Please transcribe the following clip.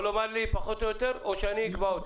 לומר לי מתי הפגישה או שאני אקבע אותה?